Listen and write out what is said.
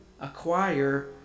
acquire